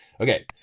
okay